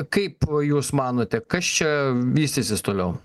kaip jūs manote kas čia vystysis toliau